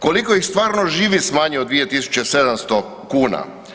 Koliko ih stvarno živi s manje od 2700 kuna?